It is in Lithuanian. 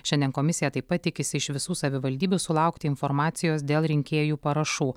šiandien komisija taip pat tikisi iš visų savivaldybių sulaukti informacijos dėl rinkėjų parašų